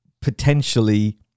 potentially